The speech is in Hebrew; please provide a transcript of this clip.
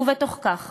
ובתוך כך